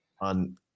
on